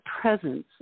presence